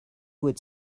would